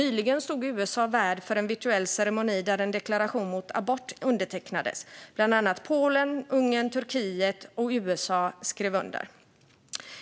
Nyligen stod USA värd för en virtuell ceremoni där en deklaration mot abort undertecknades. Bland annat Polen, Ungern, Turkiet och USA skrev under.